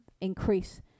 increase